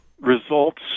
results